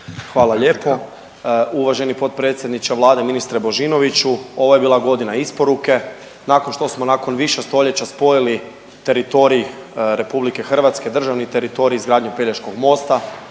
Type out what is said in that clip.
Hvala lijepo. Uvaženi potpredsjedniče Vlade, ministre Božinoviću, ovo je bila godina isporuke nakon što smo nakon više stoljeća spojili teritorij RH, državni teritorij izgradnjom Pelješkog mosta,